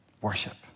worship